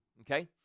Okay